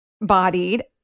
bodied